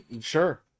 Sure